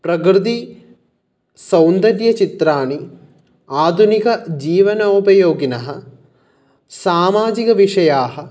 प्रकृतिसौन्दर्यचित्राणि आधुनिकजीवनोपयोगिनः सामाजिकविषयाः